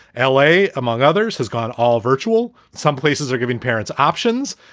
l a, among others, has gone all virtual. some places are giving parents options.